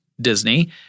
Disney